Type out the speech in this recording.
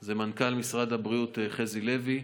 זה מנכ"ל משרד הבריאות חזי לוי.